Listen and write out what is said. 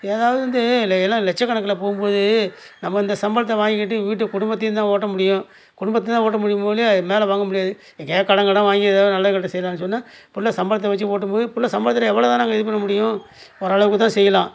யாராவது வந்து எல்லாம் லட்சக் கணக்கில் போகும்போது நம்ம இந்த சம்பளத்தை வாங்கிக்கிட்டு வீட்டுக் குடும்பத்தையும் தான் ஓட்ட முடியும் குடும்பத்தை தான் ஓட்ட முடியுமே ஒழிய மேலே வாங்க முடியாது எங்கேயாது கடன் கிடன் வாங்கி எதாவது நல்லது கெட்டது செய்யலான்னு சொன்னால் பிள்ள சம்பளத்தை வச்சு ஓட்டும்போது பிள்ள சம்பளத்தில் எவ்வளோ தான் நாங்கள் இது பண்ண முடியும் ஓரளவுக்கு தான் செய்யலாம்